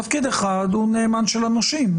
תפקיד אחד הוא נאמן של הנושים,